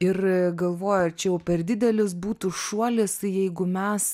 ir galvoju ar čia jau per didelis būtų šuolis jeigu mes